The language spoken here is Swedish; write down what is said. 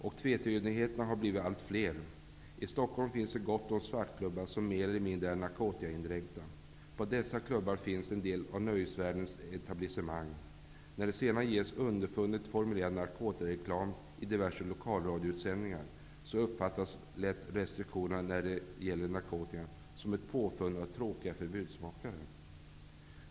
Och tvetydigheterna har blivit allt fler. I Stockholm finns det gott om svartklubbar som mer eller mindre är narkotikaindränkta. På dessa klubbar finns en del av nöjesvärldens etablissemang. När det sedan ges underfundigt formulerad narkotikareklam i diverse lokalradioutsändningar uppfattas lätt restriktionerna när det gäller narkotikan som ett påfund av tråkiga förbudsmakare.